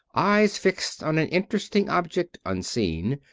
eyes fixed on an interesting object unseen,